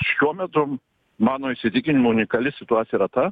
šiuo metu mano įsitikinimu unikali situacija yra ta